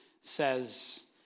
says